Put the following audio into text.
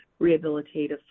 rehabilitative